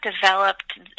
developed